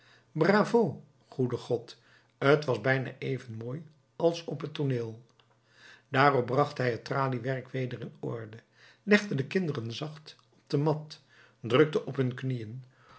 bravo goede god t was bijna even mooi als op het tooneel daarop bracht hij het traliewerk weder in orde legde de kinderen zacht op de mat drukte op hun knieën